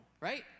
Right